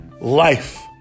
life